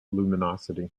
luminosity